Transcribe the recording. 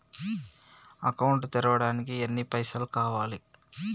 Account తెరవడానికి ఎన్ని పైసల్ కావాలే?